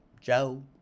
Joe